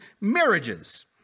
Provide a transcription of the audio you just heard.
marriages